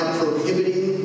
prohibiting